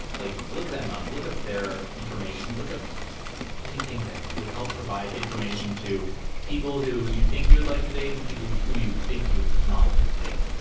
like look them up. look up their information. look up anything that would help provide information to people who you think you would like to date and people who you think you'd not like to date,